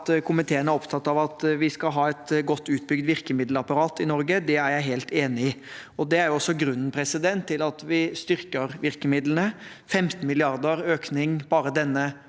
komiteen er opptatt av at vi skal ha et godt utbygd virkemiddelapparat i Norge. Det er jeg helt enig i, og det er også grunnen til at vi styrker virkemidlene – 15 mrd. kr i økning bare denne